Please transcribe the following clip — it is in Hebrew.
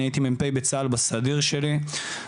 אני הייתי מ"פ בצה"ל בסדיר שלי,